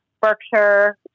Berkshire